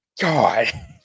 God